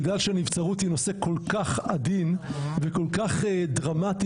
בגלל שהנבצרות היא נושא כל כך עדין וכל כך דרמטי